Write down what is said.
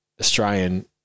Australian